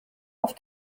auf